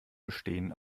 bestehen